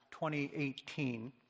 2018